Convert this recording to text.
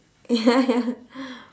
ya ya